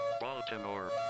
Baltimore